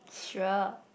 sure